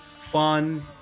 fun